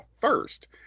First